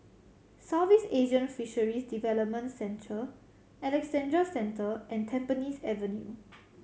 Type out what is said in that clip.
Southeast Asian Fisheries Development Centre Alexandra Central and Tampines Avenue